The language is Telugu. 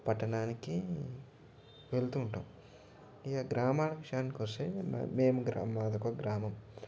పట్టణానికి వెళ్తూ ఉంటాం ఇగ గ్రామానికి విషయానికి వస్తే మేము మాది ఒక గ్రామం